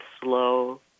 slow